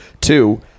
two